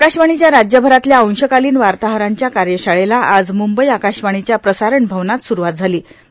आकाशवाणीच्या राज्यभरातल्या अंशकालांन वाताहरांच्या कायशाळेला आज मुंबई आकाशवाणीच्या प्रसारण भावनात स्रुवात झालां